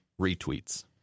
retweets